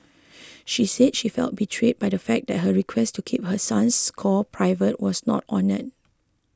she said she felt betrayed by the fact that her request to keep her son's score private was not honoured